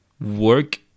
work